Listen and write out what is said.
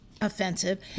offensive